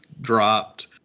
dropped